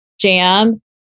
jam